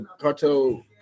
Cartel